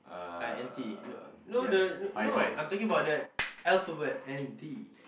I anti no no the no I'm talking about the alphabet N T